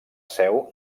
seu